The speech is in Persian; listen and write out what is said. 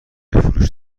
فروش